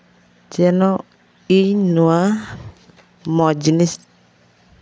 ᱡᱮᱱᱚ ᱤᱧ ᱱᱚᱣᱟ ᱢᱚᱡᱽ ᱡᱤᱱᱤᱥ